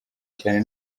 cyane